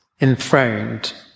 enthroned